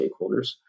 stakeholders